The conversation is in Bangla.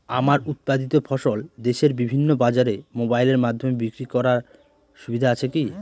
আমার উৎপাদিত ফসল দেশের বিভিন্ন বাজারে মোবাইলের মাধ্যমে বিক্রি করার সুবিধা আছে কি?